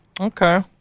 Okay